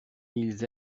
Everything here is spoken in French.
ils